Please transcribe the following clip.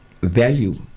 value